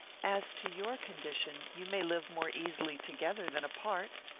as to your condition, you may live more easily together than apart.